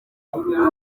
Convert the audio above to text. kubona